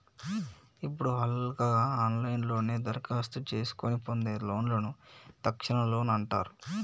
ఇప్పుడు హల్కగా ఆన్లైన్లోనే దరఖాస్తు చేసుకొని పొందే లోన్లను తక్షణ లోన్ అంటారు